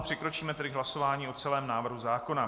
Přikročíme tedy k hlasování o celém návrhu zákona.